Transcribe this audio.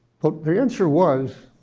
but the answer was